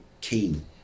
keen